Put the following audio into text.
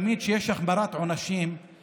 תמיד כשיש החמרת עונשים,